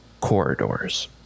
corridors